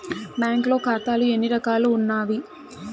బ్యాంక్లో ఖాతాలు ఎన్ని రకాలు ఉన్నావి?